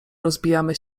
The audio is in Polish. rozbijamy